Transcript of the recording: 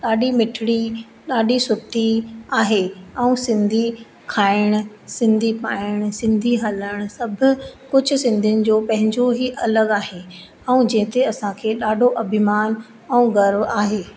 ॾाढी मिठिड़ी ॾाढी सुठी आहे ऐं सिंधी खाइण सिंधी पाइण सिंधी हलण सभु कुझु सिंधियुनि जो पंहिंजो ई अलॻि आहे ऐं जंहिंजे असांखे ॾाढो अभिमान ऐं गर्व आहे